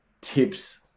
tips